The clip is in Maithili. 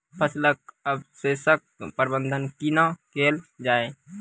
फसलक अवशेषक प्रबंधन कूना केल जाये?